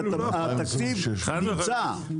כי התקציב נמצא.